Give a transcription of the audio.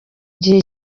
gihe